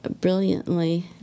brilliantly